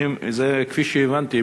האם זה כפי שהבנתי,